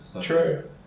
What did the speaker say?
True